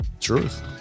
Truth